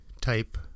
type